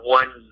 one